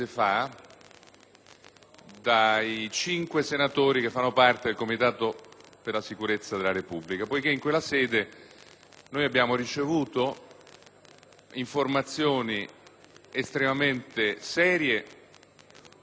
dai cinque senatori che fanno parte del Comitato per la sicurezza della Repubblica. In quella sede, infatti, abbiamo ricevuto informazioni estremamente serie e preoccupanti